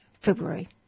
February